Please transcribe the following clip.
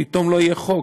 פתאום לא יהיה חוק.